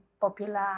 popular